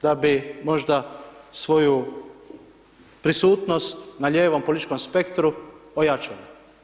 Da bi možda svoju prisutnost na lijevom političkom spektru ojačali.